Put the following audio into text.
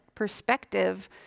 Perspective